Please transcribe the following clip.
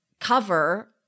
cover